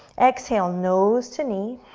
exhale, nose to knee,